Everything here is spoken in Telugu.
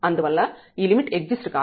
అందువల్ల ఈ లిమిట్ ఎగ్జిస్ట్ కాదు